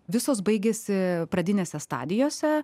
visos baigėsi pradinėse stadijose